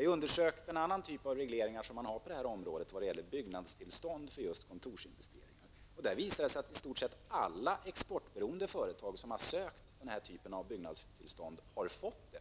Jag har undersökt en annan typ av regleringar på det här området vad gäller byggnadstillstånd för kontorsinvesteringar. Där visade det sig att i stort sett alla exportberoendeföretag som har sökt den här typen av byggnadstillstånd har fått det,